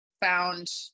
found